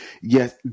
yes